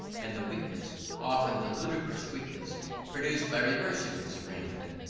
and the weakness often the ludicrous weakness produced by reversing this arrangement,